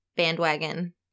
bandwagon